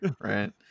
Right